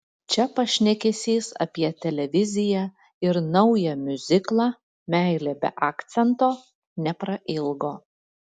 čia pašnekesys apie televiziją ir naują miuziklą meilė be akcento neprailgo